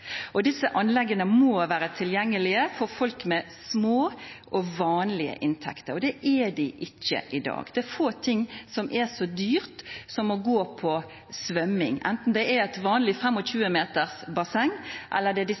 Disse anleggene må være tilgjengelige for folk med små og vanlige inntekter. Det er de ikke i dag. Det er lite som er så dyrt som å gå på svømming, enten det er et vanlig 25-metersbasseng, eller det er